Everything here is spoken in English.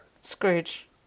Scrooge